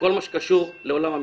בכל מה שקשור לעולם המשפט.